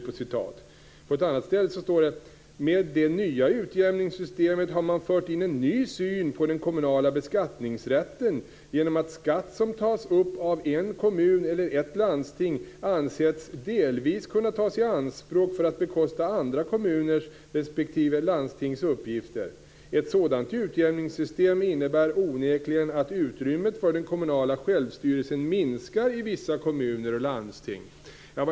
På s. 221 står det: "Med det nya utjämningssystemet har man fört in en ny syn på den kommunala beskattningsrätten genom att skatt som tas upp av en kommun eller ett landsting ansetts delvis kunna tas i anspråk för att bekosta andra kommuners respektive landstings uppgifter. Ett sådant utjämningssystem innebär onekligen att utrymmet för den kommunala självstyrelsen minskar i vissa kommuner och landsting."